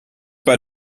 bei